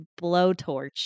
blowtorch